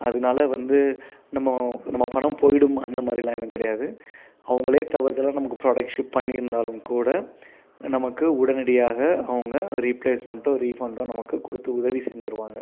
அதனால வந்து நம்ம நம்ம பணம் போய்விடும் அந்த மாதிரிலாம் எதுவும் கிடையாது அவங்களே தவறுதலாக நமக்கு ப்ராடெக்ட் ஷிப் பண்ணியிருந்தாலும் கூட நமக்கு உடனடியாக அவங்க ரீபிளேஸ்மெண்டோ ரிஃபண்டோ நமக்கு கொடுத்து உதவி செஞ்சுருவாங்க